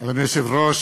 אדוני היושב-ראש,